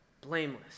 blameless